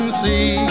see